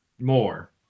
More